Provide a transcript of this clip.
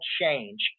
change